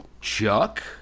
Chuck